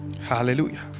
Hallelujah